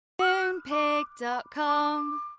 Moonpig.com